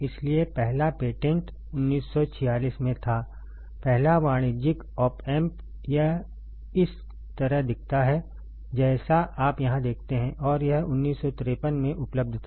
इसलिए पहला पेटेंट 1946 में था पहला वाणिज्यिक ऑप एम्प यह इस तरह दिखता है जैसा आप यहाँ देखते हैं और यह 1953 में उपलब्ध था